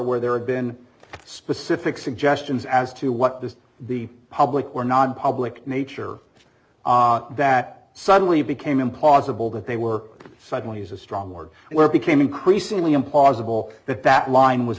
where there have been specific suggestions as to what this the public were nonpublic nature that suddenly became impossible that they were suddenly is a strong word where it became increasingly implausible that that line was